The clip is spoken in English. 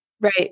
right